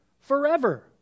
forever